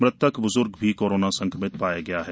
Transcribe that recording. मृतक ब्ज्र्ग भी कोरोना संक्रमित पाया गया है